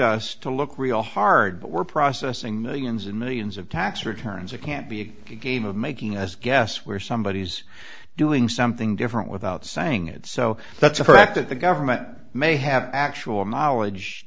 us to look real hard but we're processing millions and millions of tax returns it can't be a game of making as guess where somebody is doing something different without saying it so that's a fact that the government may have actual knowledge